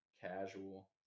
casual